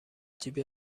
جیب